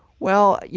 well, you